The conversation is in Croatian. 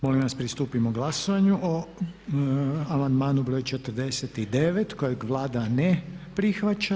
Molim vas pristupimo glasovanju o amandman br. 49. kojeg Vlada ne prihvaća.